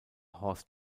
horst